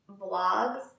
vlogs